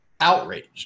outraged